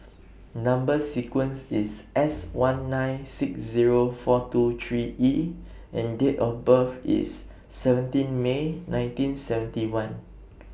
Number sequence IS S one nine six Zero four two three E and Date of birth IS seventeen May nineteen seventy one